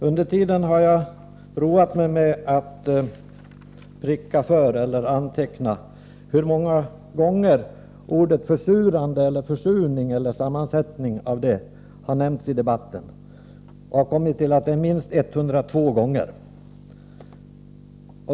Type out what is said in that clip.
Under tiden har jag roat mig med att anteckna hur många gånger ordet försurande eller försurning med sammansättningar nämnts i debatten, och jag har kommit till att det är minst 102 gånger.